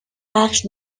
بخش